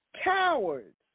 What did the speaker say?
Cowards